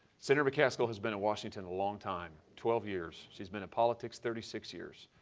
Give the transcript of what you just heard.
senator mccaskill has been in washington a long time, twelve years. she's been in politics thirty six years.